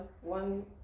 one